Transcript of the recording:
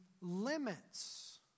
limits